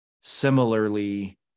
similarly